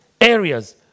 Areas